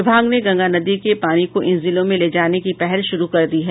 विभाग ने गंगा नदी के पानी को इन जिलों में ले जाने की पहल शुरू कर दी है